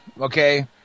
okay